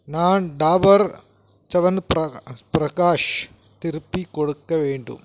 நான் டாபர் சவன் பிரகாஷ் திருப்பிக் கொடுக்க வேண்டும்